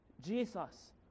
Jesus